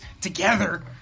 together